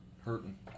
hurting